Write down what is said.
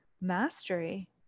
mastery